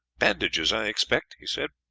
bandages, i expect, he said.